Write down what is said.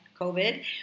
covid